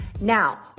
Now